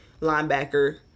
linebacker